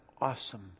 awesome